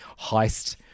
heist